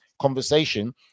conversation